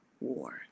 War